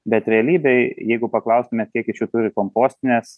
bet realybėje jeigu paklaustumėt kiek iš jų turi kompostines